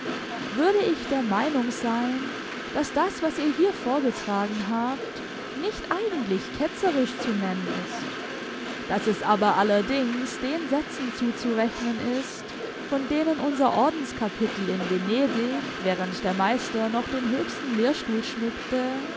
würde ich der meinung sein daß das was ihr hier vorgetragen habt nicht eigentlich ketzerisch zu nennen ist daß es aber allerdings den sätzen zuzurechnen ist von denen unser ordenskapitel in venedig während der meister noch den höchsten lehrstuhl schmückte